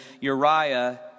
Uriah